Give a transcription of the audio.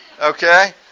Okay